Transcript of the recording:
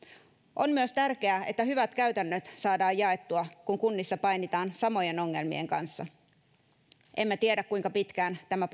on myös tärkeää että hyvät käytännöt saadaan jaettua kun kunnissa painitaan samojen ongelmien kanssa emme tiedä kuinka pitkään tämä